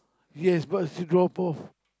yes but she drop off